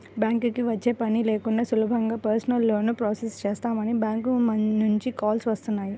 బ్యాంకుకి వచ్చే పని లేకుండా సులభంగా పర్సనల్ లోన్ ప్రాసెస్ చేస్తామని బ్యాంకుల నుంచి కాల్స్ వస్తున్నాయి